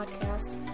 Podcast